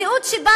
מציאות שבה